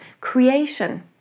creation